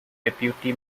deputy